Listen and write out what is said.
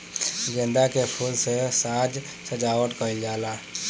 गेंदा के फूल से साज सज्जावट कईल जाला